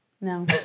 No